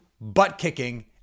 butt-kicking